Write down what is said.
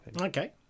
Okay